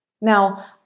Now